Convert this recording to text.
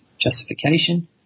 justification